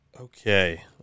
Okay